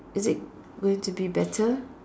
is it going to be better